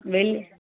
வெளி